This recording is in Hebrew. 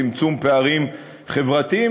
צמצום פערים חברתיים,